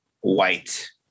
white